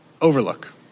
Overlook